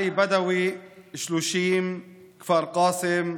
עלי בדאווי, 30, כפר קאסם,